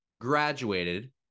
graduated